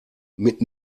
mit